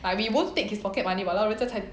but we won't take his pocket money !walao! 人家才